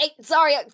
sorry